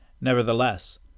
Nevertheless